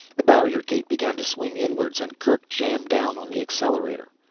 the barrier gate began to swing inwards and kerk jammed down on the accelerator.